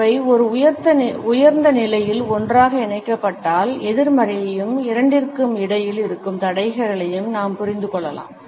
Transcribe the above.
அவை ஒரு உயர்ந்த நிலையில் ஒன்றாக இணைக்கப்பட்டால் எதிர்மறையையும் இரண்டிற்கும் இடையில் இருக்கும் தடைகளையும் நாம் புரிந்து கொள்ளலாம்